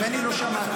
ממני לא שמעת.